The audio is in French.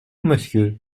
monsieur